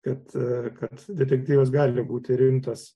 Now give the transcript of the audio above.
kad kad detektyvas gali būti rimtas